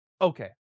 okay